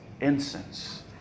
incense